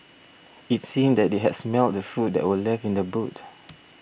it seemed that they had smelt the food that were left in the boot